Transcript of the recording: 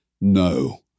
no